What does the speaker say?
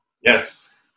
Yes